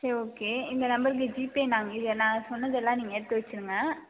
சரி ஓகே இந்த நம்பருக்கு ஜிபே நான் இதை நான் சொன்னதெல்லாம் நீங்கள் எடுத்து வச்சுருங்க